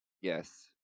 yes